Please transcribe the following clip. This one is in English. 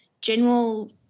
general